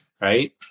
Right